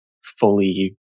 fully